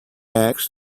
asked